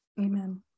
amen